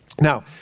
Now